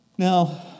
Now